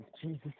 Jesus